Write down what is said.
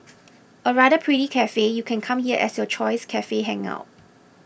a rather pretty cafe you can come here as your choice cafe hangout